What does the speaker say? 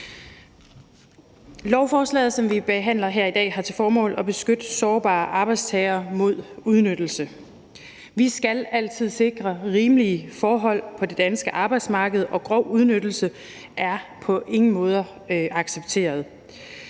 Lovforslaget, som vi behandler her i dag, har til formål at beskytte sårbare arbejdstagere mod udnyttelse. Vi skal altid sikre rimelige forhold på det danske arbejdsmarked, og grov udnyttelse er på ingen måde acceptabelt.